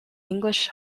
english